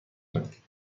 کنید